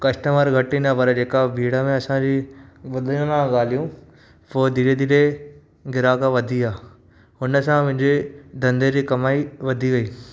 customer घटि ईंदा पर जेका भीड़ में असांजी ॿुधंदा ॻाल्हियूं पोइ धीरे धीरे गिराक वधी विया हुन सां मुंहिंजे धंधे जी कमाई वधी वेई